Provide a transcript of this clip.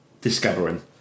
discovering